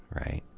right?